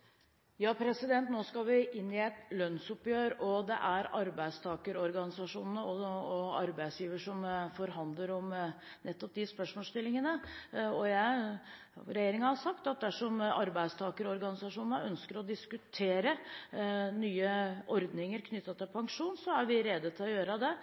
Nå skal vi inn i et lønnsoppgjør, og det er arbeidstakerorganisasjonene og arbeidsgivere som forhandler om disse spørsmålene. Jeg og regjeringen har sagt at dersom arbeidstakerorganisasjonene ønsker å diskutere nye ordninger knyttet til pensjon, er vi rede til å gjøre det.